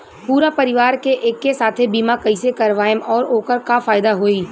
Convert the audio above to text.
पूरा परिवार के एके साथे बीमा कईसे करवाएम और ओकर का फायदा होई?